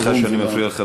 סליחה שאני מפריע לך,